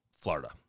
Florida